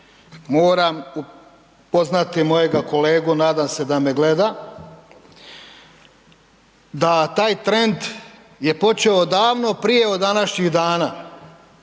Moram upoznati mojega kolegu, nadam se da me gleda, da taj trend je počeo davno prije od današnjih dana,